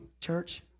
church